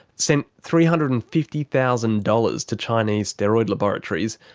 sent three hundred and fifty thousand dollars to chinese steroid laboratories,